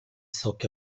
sok